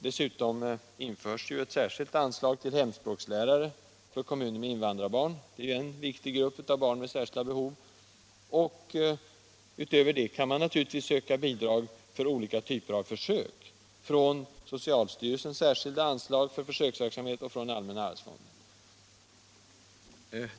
Dessutom införs ju ett särskilt anslag till hemspråkslärare för kommuner med invandrarbarn — en viktig grupp av barn med särskilda behov — och utöver det kan naturligtvis bidrag för olika typer av försök sökas från socialdepartementets särskilda anslag för försöksverksamhet och från allmänna arvsfonden.